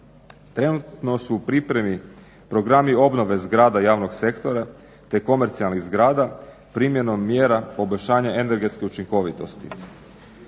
Trenutno su u pripremi programi obnove zgrada javnog sektora te komercijalnih zgrada primjenom mjera poboljšanja energetske učinkovitosti.